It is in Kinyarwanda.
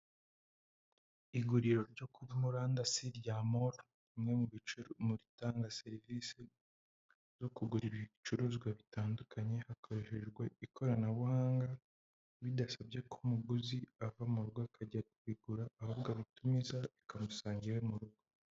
Iguriro ryo murandasi rya moru, ritanga serivisi zo kugura ibicuruzwa bitandukanye hakoreshejwe ikoranabuhanga, bidasabye ko umuguzi ava mu rugo akajya kugura, ahubwo abitumiza bikamusang iwe mu rugo.